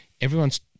everyone's